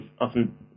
often